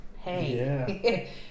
Hey